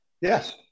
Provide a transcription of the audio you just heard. Yes